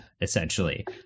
essentially